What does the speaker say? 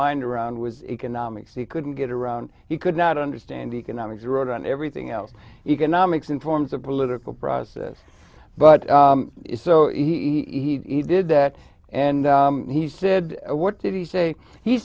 mind around was economics he couldn't get around he could not understand economics wrote on everything else economics in forms of political process but so he did that and he said what did he say he